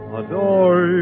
adore